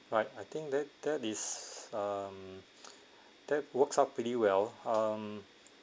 right I think that that is um that works out pretty well um